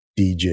dj